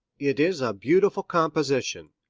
it is a beautiful composition,